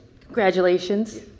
Congratulations